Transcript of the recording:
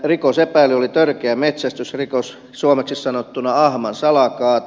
rikosepäily oli törkeä metsästysrikos suomeksi sanottuna ahman salakaato